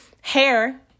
hair